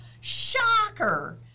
Shocker